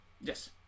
Yes